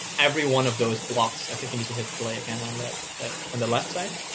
every one of those blocks. i think you need to hit play again on that that on the left side.